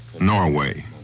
Norway